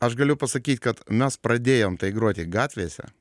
aš galiu pasakyt kad mes pradėjom groti gatvėse